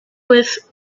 with